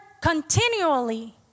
continually